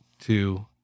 two